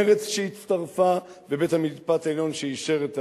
מרצ שהצטרפה ובית-המשפט העליון שאישר את ההריסה.